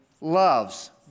loves